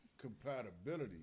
compatibility